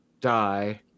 die